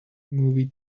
movie